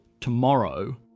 tomorrow